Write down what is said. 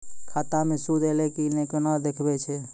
खाता मे सूद एलय की ने कोना देखय छै?